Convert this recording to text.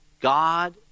God